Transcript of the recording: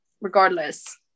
regardless